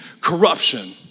corruption